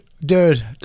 Dude